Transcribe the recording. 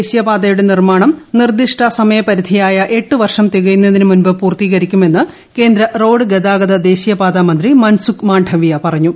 ദേശീയപാതയുടെ നിർമ്മാണം നിർദ്ദിഷ്ട സമയപ്പിരിധിയായ എട്ടുവർഷം തികയുന്നതിനു മുമ്പ് പൂർത്തീകരിക്കുമെന്ന് കേന്ദ്ര റോഡ് ഗതാഗത ദേശീയപാത മിന്ത്രി മൻസുഖ് മാണ്ഡവ്യ പറഞ്ഞു